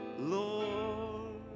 Lord